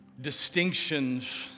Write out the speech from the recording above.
distinctions